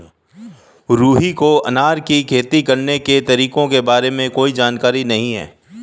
रुहि को अनार की खेती करने के तरीकों के बारे में कोई जानकारी नहीं है